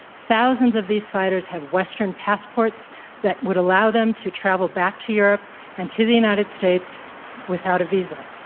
thousands of these fighters have western passports that would allow them to travel back to europe and to the united states without a visa.